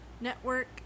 network